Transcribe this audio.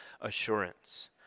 assurance